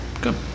good